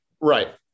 right